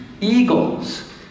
Eagles